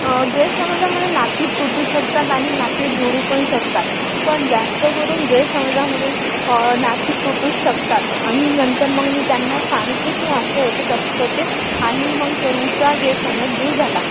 गैरसमजामुळे नाती तुटू शकतात आणि नाती जुळू पण शकतात पण जास्त करून गैरसमजामुळे नाती तुटूच शकतात आणि नंतर मग मी त्यांना सांगितले की असं होते तसं होते आणि मग त्यांचा गैरसमज दूर झाला